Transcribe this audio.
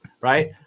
right